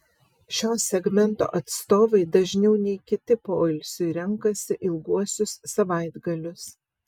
šio segmento atstovai dažniau nei kiti poilsiui renkasi ilguosius savaitgalius